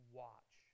watch